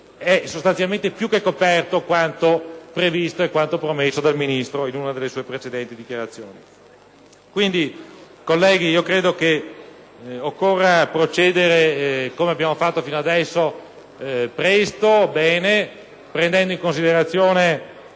sostanzialmente più che coperto quanto previsto e promesso dal Ministro in una delle sue precedenti dichiarazioni. Colleghi, credo occorra procedere come abbiamo fatto finora, presto, bene e prendendo in considerazione